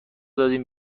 دادیم